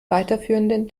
weiterführenden